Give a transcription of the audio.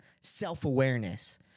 self-awareness